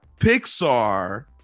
Pixar